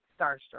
starstruck